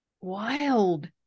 wild